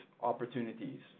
opportunities